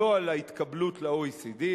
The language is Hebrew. לא על ההתקבלות ל-OECD,